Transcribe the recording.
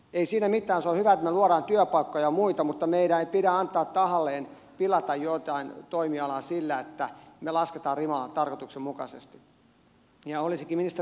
ei siinä mitään se on hyvä että me luomme työpaikkoja ja muita mutta meidän ei pidä tahallamme pilata jotain toimialaa sillä että me laskemme rimaa tarkoituksella ja olisinkin ministeriltä kysynyt